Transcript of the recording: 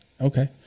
Okay